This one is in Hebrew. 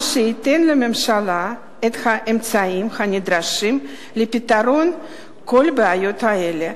מה שייתן לממשלה את האמצעים הנדרשים לפתרון כל הבעיות האלה.